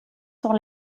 sont